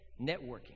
Networking